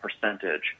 percentage